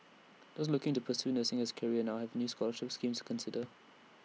those looking to pursue nursing as A career now have new scholarship schemes consider